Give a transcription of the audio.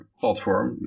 platform